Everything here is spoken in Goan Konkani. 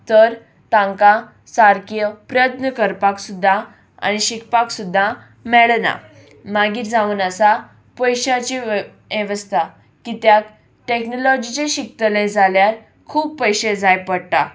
तर तांकां सारकी प्रयत्न करपाक सुद्दा आनी शिकपाक सुद्दां मेळना मागीर जावन आसा पयश्यााची वेवस्था कित्याक टॅक्नोलॉजीचे शिकतले जाल्यार खूब पयशे जाय पडटा